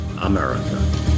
America